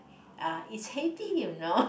uh it's heavy you know